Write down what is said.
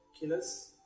Killers